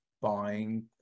buying